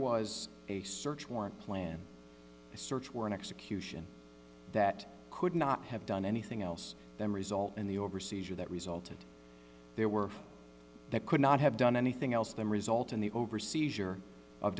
was a search warrant plan a search warrant execution that could not have done anything else then result in the over seizure that resulted there were they could not have done anything else then result in the over seizure of